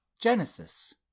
Genesis